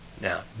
Now